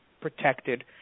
protected